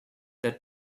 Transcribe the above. that